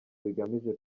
bigamije